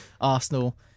Arsenal